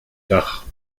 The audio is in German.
dach